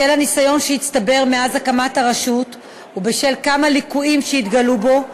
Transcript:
בשל הניסיון שהצטבר מאז הקמת הרשות ובשל כמה ליקויים שהתגלו בו,